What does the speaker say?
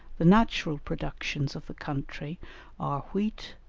the natural productions of the country are wheat,